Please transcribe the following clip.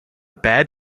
bad